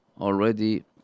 already